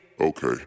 Okay